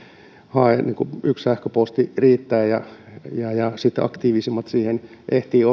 hae allekirjoittajia yksi sähköposti riittää ja ja sitten aktiivisimmat siihen ehtivät